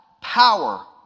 power